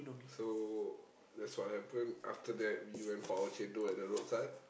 so that's what happen after that we went for our chendol at the roadside